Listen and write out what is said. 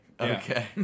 Okay